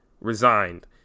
Resigned